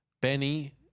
Benny